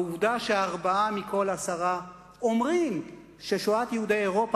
העובדה שארבעה מכל עשרה אומרים ששואת יהודי אירופה